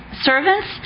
Servants